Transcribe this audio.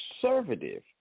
conservative